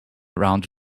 around